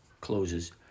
closes